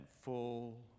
full